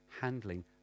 handling